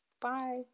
bye